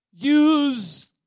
Use